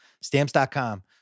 stamps.com